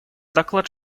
доклад